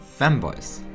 fanboys